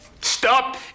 Stop